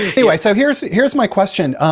anyway, so here's here's my question.